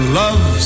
love